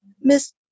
Miss